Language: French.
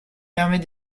permet